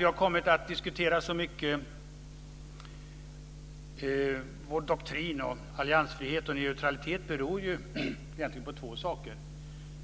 Vi har kommit att diskutera vår doktrin om alliansfrihet och neutralitet mycket. Det beror på två saker